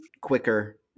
quicker